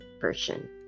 version